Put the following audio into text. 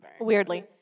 Weirdly